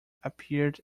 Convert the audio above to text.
appeared